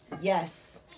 yes